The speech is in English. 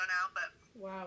Wow